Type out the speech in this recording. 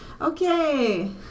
Okay